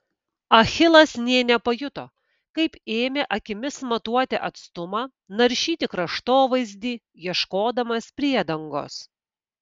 achilas nė nepajuto kaip ėmė akimis matuoti atstumą naršyti kraštovaizdį ieškodamas priedangos